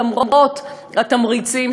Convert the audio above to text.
למרות התמריצים,